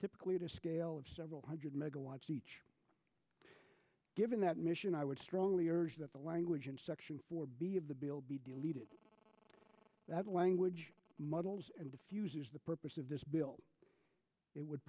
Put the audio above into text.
typically to a scale of several hundred megawatts each given that mission i would strongly urge that the language in section four b of the bill be deleted that language muddles and diffuse is the purpose of this bill it would